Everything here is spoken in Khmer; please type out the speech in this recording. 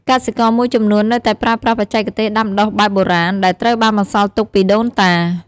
កសិករមួយចំនួននៅតែប្រើប្រាស់បច្ចេកទេសដាំដុះបែបបុរាណ ដែលត្រូវបានបន្សល់ទុកពីដូនតា។